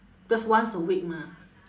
because once a week mah